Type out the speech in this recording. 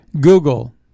Google